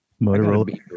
Motorola